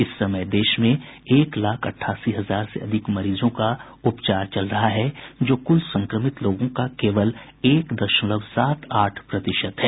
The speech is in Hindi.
इस समय देश में एक लाख अठासी हजार से अधिक मरीजों का इलाज चल रहा है जो कुल संक्रमित लोगों का केवल एक दशमलव सात आठ प्रतिशत है